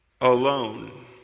alone